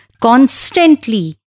constantly